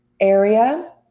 area